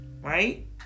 Right